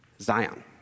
Zion